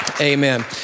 Amen